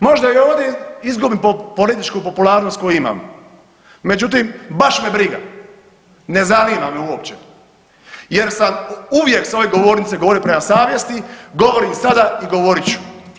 Možda i ovdje izgubim političku popularnost koju imam, međutim baš me briga, ne zanima me uopće jer sam uvijek s ove govornice govorio prema savjesti, govorim sada i govorit ću.